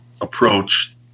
approach